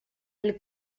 elle